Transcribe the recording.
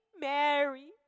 Mary